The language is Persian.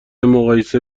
مقایسه